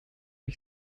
ich